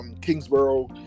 Kingsborough